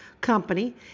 company